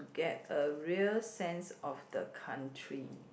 get a real sense of the country